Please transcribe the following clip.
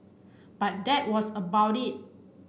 but that was about it